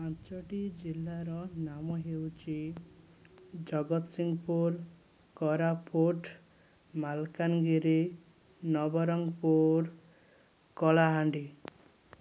ପାଞ୍ଚଟି ଜିଲ୍ଲାର ନାମ ହେଉଛି ଜଗତସିଂହପୁର କୋରାପୁଟ ମାଲକାନଗିରି ନବରଙ୍ଗପୁର କଳାହାଣ୍ଡି